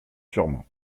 sûrement